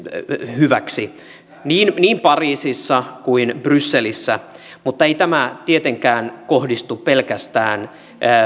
hyväksi terroristiteoissa niin pariisissa kuin brysselissä mutta ei tämä tietenkään kohdistu pelkästään